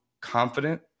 confident